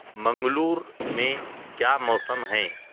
منگلور میں کیا موسم ہے